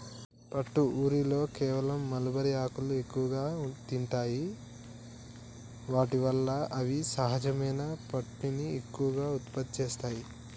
పట్టు ఊరిలో కేవలం మల్బరీ ఆకులను ఎక్కువగా తింటాయి వాటి వల్ల అవి సహజమైన పట్టుని ఎక్కువగా ఉత్పత్తి చేస్తాయి